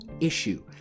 issue